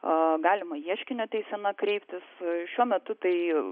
a galima ieškinio teisena kreiptis šiuo metu tai